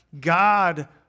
God